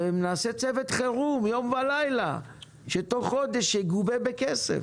נעשה צוות חירום יום ולילה, שתוך חודש יגובה בכסף.